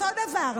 אותו דבר,